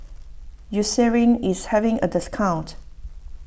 Eucerin is having a discount